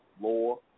law